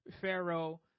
pharaoh